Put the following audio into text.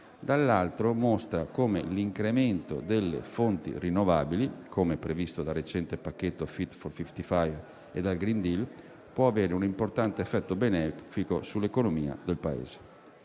dall'altro mostra come l'incremento delle fonti rinnovabili, come previsto dal recente pacchetto climatico Fit for 55 e dal *green deal*, può avere un importante effetto benefico sull'economia del Paese.